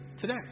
today